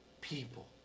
people